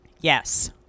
Yes